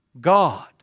God